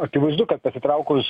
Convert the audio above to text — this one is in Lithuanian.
akivaizdu kad pasitraukus